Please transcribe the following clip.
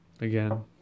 again